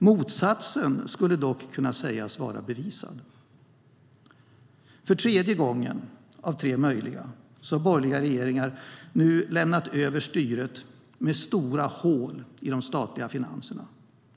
Motsatsen skulle dock kunna sägas vara bevisad. För tredje gången, av tre möjliga, har borgerliga regeringar nu lämnat över styret med stora hål i de statliga finanserna.